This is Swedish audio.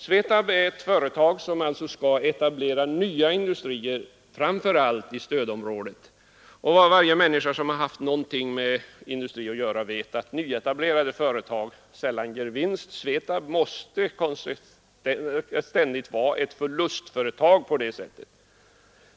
Svetab är ett företag som skall etablera nya industrier, framför allt i stödområdet. Varje människa som har haft någonting med industri att göra vet att nyetablerade företag sällan ger vinst. Svetab måste på det sättet ständigt vara ett förlustföretag.